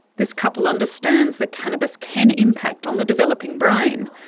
this couple understands that cannabis can impact on the developing brain.